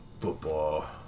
football